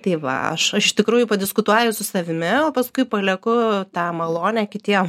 tai va aš aš tikrųjų padiskutuoju su savimi o paskui palieku tą malonę kitiem